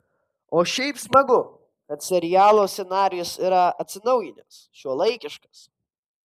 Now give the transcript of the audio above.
o šiaip smagu kad serialo scenarijus yra atsinaujinęs šiuolaikiškas